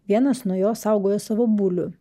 vienas nuo jo saugojo savo bulių